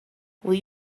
will